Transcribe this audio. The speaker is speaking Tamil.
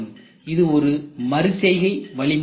இது ஒரு மறுசெய்கை வழிமுறையாகும்